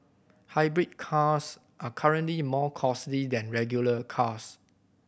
hybrid cars are currently more costly than regular cars